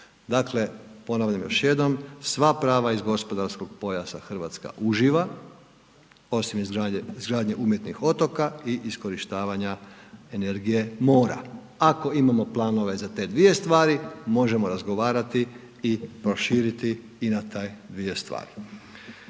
Dakle, ponavljam još jednom sva prava iz gospodarskog pojasa Hrvatska uživa osim izgradnje umjetnih otoka i iskorištavanja energije mora, ako imamo planove za te dvije stvari možemo razgovarati i proširiti i na taj dvije stvari.